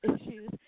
issues